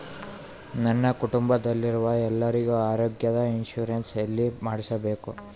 ನನ್ನ ಕುಟುಂಬದಲ್ಲಿರುವ ಎಲ್ಲರಿಗೂ ಆರೋಗ್ಯದ ಇನ್ಶೂರೆನ್ಸ್ ಎಲ್ಲಿ ಮಾಡಿಸಬೇಕು?